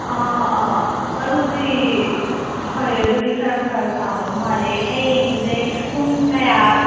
ꯑꯥ ꯑꯥ ꯑꯥ ꯑꯗꯨꯗꯤ ꯍꯣꯏ ꯑꯗꯨꯗꯤ ꯈꯔ ꯐꯔꯛ ꯇꯥꯗꯧ ꯃꯥꯜꯂꯦ ꯍꯌꯦꯡꯁꯦ ꯄꯨꯡ ꯀꯌꯥ